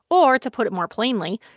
or, to put it more plainly,